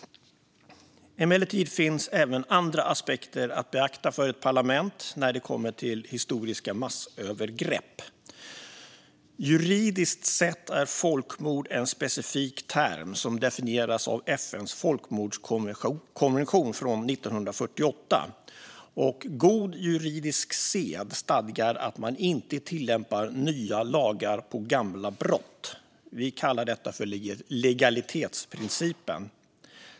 Emellertid finns även andra aspekter att beakta för ett parlament när det gäller historiska massövergrepp. Juridiskt sett är folkmord en specifik term som definieras av FN:s folkmordskonvention från 1948, och god juridisk sed stadgar att man inte tillämpar nya lagar på gamla brott. Vi kallar detta för legalitetsprincipen.